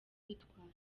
bitwaye